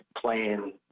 playing